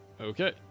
Okay